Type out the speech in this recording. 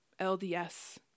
LDS